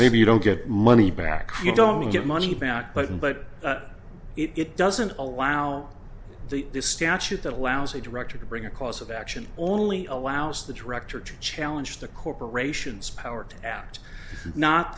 maybe you don't get money back you don't get money back button but it doesn't allow the this statute that allows a director to bring a cause of action only allows the director to challenge the corporation's power to act not